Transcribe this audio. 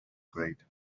great